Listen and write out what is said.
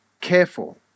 careful